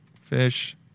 Fish